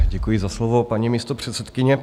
Děkuji za slovo, paní místopředsedkyně.